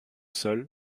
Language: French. seul